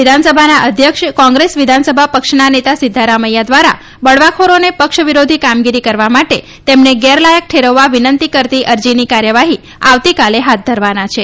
વિધાનસભાના અધ્યક્ષ કોંગ્રેસ વિધાનસભા પક્ષના નેતા સિદ્વરમૈથા દ્વારા બળવાખોરોને પક્ષ વિરોધી કામગીરી કરવા માટે તેમને ગેરલાયક ઠેરવવા વિનતી કરતી અરજીની કાર્યવાહી આવતીકાલે હાથ ધરવાના છે